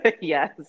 yes